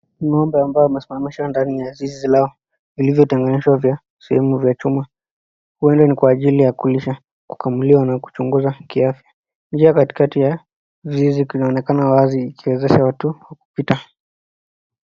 Ng'ombe ambao wamesimamishwa ndani la zizi lao vilivyoteganishwa vya sehemu vya chuma ueda ni kwa ajili ya kulisha, kukamuliwa na kuchunguzwa kiafya. Njia katikati ya zizi kinaonekana wazi ikiwezesha watu kupita.